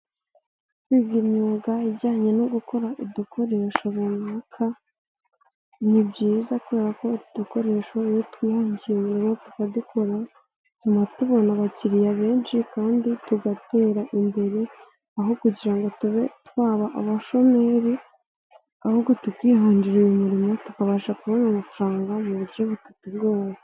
Kwiga imyuga ijyanye no gukora udukoresho runaka, ni byiza kubera ko udukoresho iyo twiyongereye tukadukora, bituma tubona abakiriya benshi kandi tugatera imbere, aho kugira ngo tube twaba abashomeri, ahubwo tukihangira imirimo, tukabasha kubona amafaranga mu buryo butatugoye.